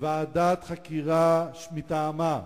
ועדת חקירה מטעמה,